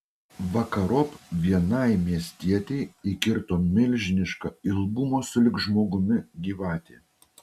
vakarop vienai miestietei įkirto milžiniška ilgumo sulig žmogumi gyvatė